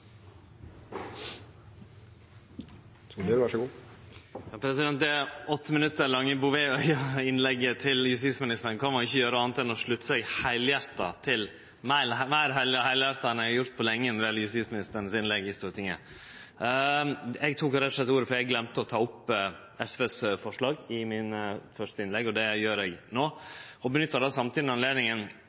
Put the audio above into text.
ikkje gjere anna enn å slutte seg heilhjarta til – meir heilhjarta enn det eg har gjort på lenge når det gjeld innlegg frå justisministeren i Stortinget. Eg tok ordet rett og slett fordi eg gløymde å ta opp SVs forslag i det første innlegget mitt. Det gjer eg no. Eg nyttar samtidig anledninga